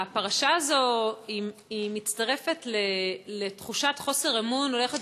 הפרשה הזאת מצטרפת לתחושת חוסר אמון הולכת